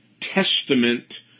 Testament